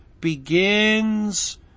begins